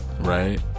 right